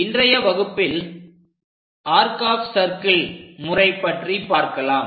இன்றைய வகுப்பில் arc of circle முறை பற்றி பார்க்கலாம்